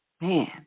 man